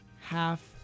half